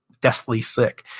deathly sick.